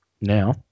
now